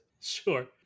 Sure